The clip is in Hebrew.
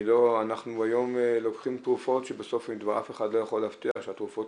אנחנו היום לוקחים תרופות שבסוף אף אחד לא יכול להבטיח שהתרופות